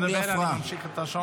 אבל אם אתה מדבר, אני ממשיך את השעון.